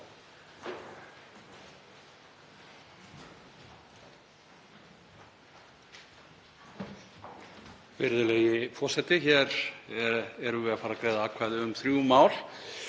Virðulegi forseti. Hér erum við að fara að greiða atkvæði um þrjú mál